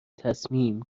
تصمیم